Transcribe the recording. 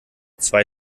zwei